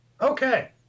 Okay